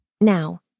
Now